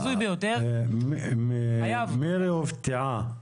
מירי הופתעה.